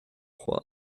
trois